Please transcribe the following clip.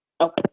Okay